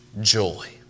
joy